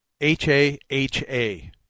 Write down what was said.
H-A-H-A